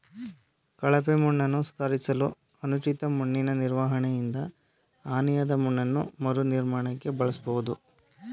ಕಳಪೆ ಮಣ್ಣನ್ನು ಸುಧಾರಿಸಲು ಅನುಚಿತ ಮಣ್ಣಿನನಿರ್ವಹಣೆಯಿಂದ ಹಾನಿಯಾದಮಣ್ಣನ್ನು ಮರುನಿರ್ಮಾಣಕ್ಕೆ ಬಳಸ್ಬೋದು